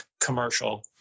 commercial